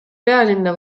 pealinna